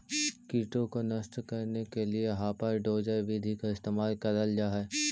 कीटों को नष्ट करने के लिए हापर डोजर विधि का इस्तेमाल करल जा हई